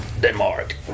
Denmark